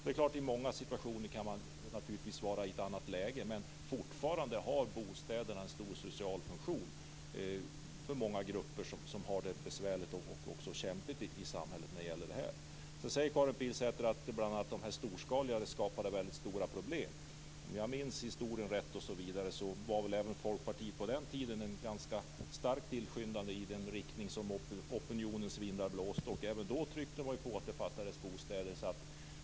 Det är klart att man många gånger kan vara i ett annat läge, men bostäderna har fortfarande en stor social funktion för många grupper som har det besvärligt och kämpigt i samhället. Karin Pilsäter sade att de storskaliga områdena skapade väldigt stora problem. Om jag minns rätt förespråkade även Folkpartiet på den tiden ganska starkt en politik som gick i den riktning som opinionens vindar blåste. Även då tryckte man på och sade att det fattades bostäder.